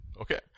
Okay